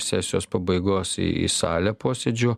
sesijos pabaigos į salę posėdžių